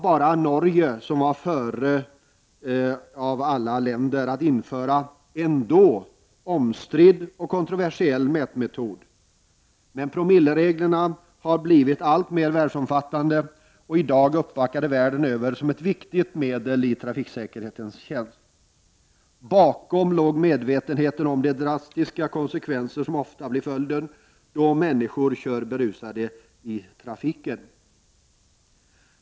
Bara Norge var tidigare med att införa en då omstridd och kontroversiell mätmetod, vars användning dock har blivit alltmer världsomfattande och i dag är uppbackad världen över som ett viktigt medel i trafiksäkerhetens tjänst. Bakom låg medvetenheten om de drastiska konsekvenser som ofta blir följden då människor kör berusade i trafiken.